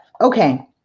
Okay